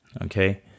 Okay